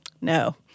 no